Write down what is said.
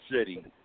city